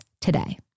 today